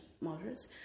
motors